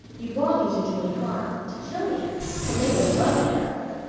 you bought me to do me harm to kill me to make a drumhead out of me!